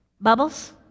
bubbles